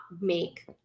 make